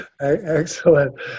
Excellent